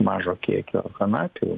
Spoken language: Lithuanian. mažo kiekio kanapių